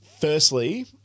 firstly